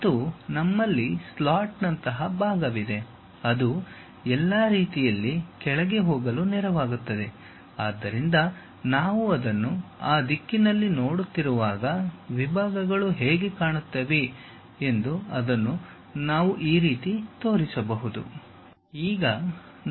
ಮತ್ತು ನಮ್ಮಲ್ಲಿ ಸ್ಲಾಟ್ನಂತಹ ಭಾಗವಿದೆ ಅದು ಎಲ್ಲಾ ರೀತಿಯಲ್ಲಿ ಕೆಳಗೆ ಹೋಗಲು ನೆರವಾಗುತ್ತದೆ ಆದ್ದರಿಂದ ನಾವು ಅದನ್ನು ಆ ದಿಕ್ಕಿನಲ್ಲಿ ನೋಡುತ್ತಿರುವಾಗ ವಿಭಾಗಗಳು ಹೇಗೆ ಕಾಣುತ್ತವೆ ಎಂದು ಅದನ್ನು ನಾವು ಈ ರೀತಿ ತೋರಿಸಬಹುದು